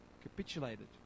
capitulated